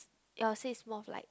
your sis more of like